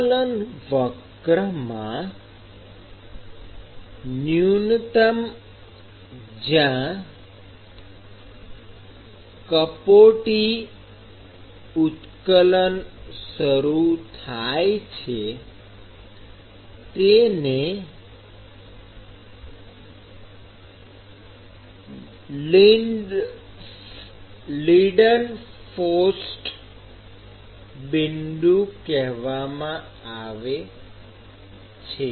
ઉત્કલન વક્રમાં ન્યૂનતમ જ્યાં કપોટી ઉત્કલન શરૂ થાય છે તેને લિડનફ્રોસ્ટ બિંદુ કહેવામાં આવે છે